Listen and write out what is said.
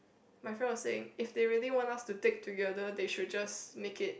my friend was saying if they really want us to take together they should just make it